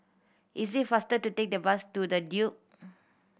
it is faster to take the bus to The Duke